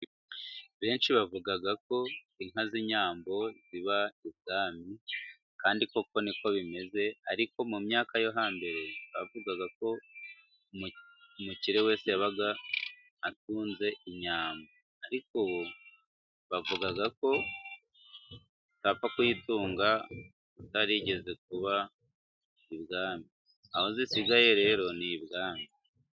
Benshi bavuga ko inka z'inyambo ziba i bwami, kandi koko niko bimeze, ariko mu myaka yo hambere bavugaga ko umukire wese yabaga atunze inyambo, ariko ubu bavuga ko utapfa kuyitunga utarigeze kuba i bwami. Aho zisigaye rero ni i bwami.